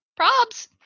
Probs